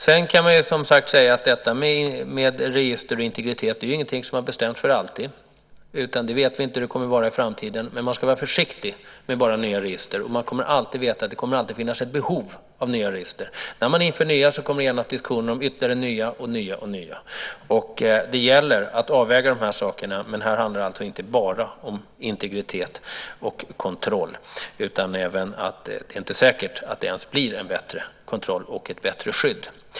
Sedan kan man säga att register inte är någonting som är bestämt för alltid. Vi vet inte hur det kommer att vara i framtiden. Men man ska vara försiktig med att införa nya register. Det kommer alltid att finnas ett behov av nya register. När man inför nya uppstår genast en diskussion om ytterligare nya. Det gäller att avväga de olika aspekterna, men det handlar inte bara om integritet och kontroll. Det är inte säkert att det ens medför en bättre kontroll och ett bättre skydd.